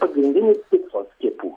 pagrindinis tikslas skiepų